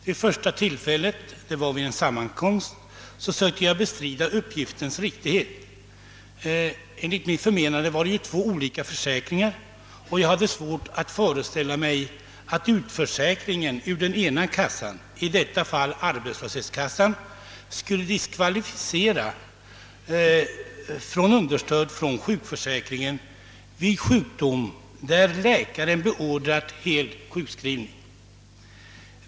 Vid det första tillfället — det var vid en sammankomst — försökte jag bestrida uppgiftens riktighet. Enligt mitt förmenande gällde det två olika försäkringar, och jag hade svårt att föreställa mig att utförsäkringen i arbetslöshetskassan skulle diskvalificera vederbörande att erhålla ersättning från sjukkassan vid sjukdom, för vilken läkaren föreskrivit hel sjukskrivning.